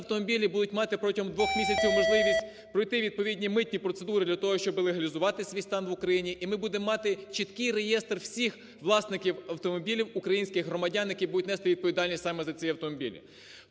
автомобілі будуть мати протягом двох місяців можливість пройти відповідні митні процедури для того, щоб легалізувати свій стан в Україні, і ми будемо мати чіткий реєстр всіх власників автомобілів українських громадян, які будуть нести відповідальність саме за ці автомобілі.